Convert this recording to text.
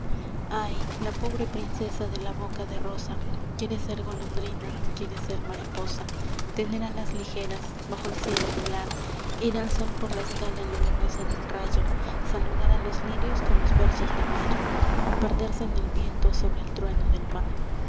ay la pobre princesa de la boca de rosa quiere ser golondrina quiere ser mariposa tener alas ligeras bajo el cielo volar ir al sol por la escala luminosa de un rayo saludar a los lirios con los versos de mayo o perderse en el viento sobre el trueno del mar